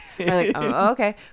Okay